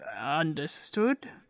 Understood